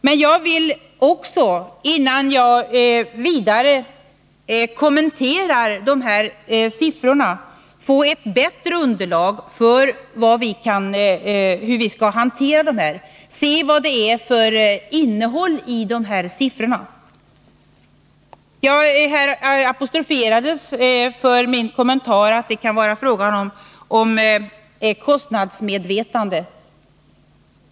Men jag vill, innan jag vidare kommenterar dessa siffror, få ett bättre underlag för hur vi skall hantera dem. Jag vill se vad det är för innehåll i siffrorna. Jag apostroferades för min kommentar om kostnadsmedvetandet.